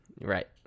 right